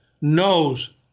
knows